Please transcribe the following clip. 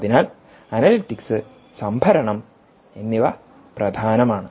അതിനാൽ അനലിറ്റിക്സ് സംഭരണം എന്നിവ പ്രധാനമാണ്